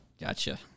Gotcha